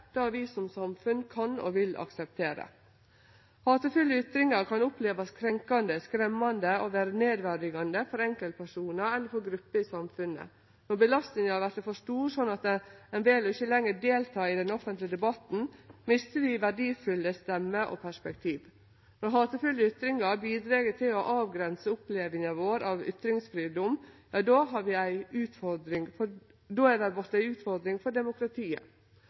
vi som samfunn kan og vil akseptere. Hatefulle ytringar kan opplevast krenkande, skremmande og vere nedverdigande for enkeltpersonar eller for grupper i samfunnet. Når belastninga vert for stor, slik at ein vel å ikkje lenger delta i den offentlege debatten, mister vi verdifulle stemmer og perspektiv. Når hatefulle ytringar bidreg til å avgrense opplevinga vår av ytringsfridom, har det vorte ei utfordring for